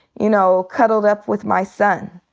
you know, cuddled up with my son.